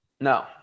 no